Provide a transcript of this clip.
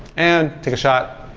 and take a shot,